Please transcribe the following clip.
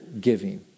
giving